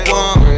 one